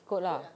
ikut lah